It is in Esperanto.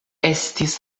estis